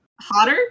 Hotter